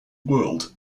world